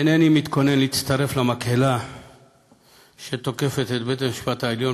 אינני מתכונן להצטרף למקהלה שתוקפת את בית-המשפט העליון